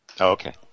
Okay